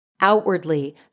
Outwardly